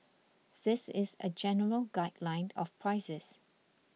this is a general guideline of prices